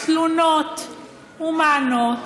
זאת האמת.